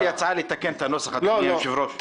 יש לי הצעה לתקן את הנוסח, אדוני היושב-ראש.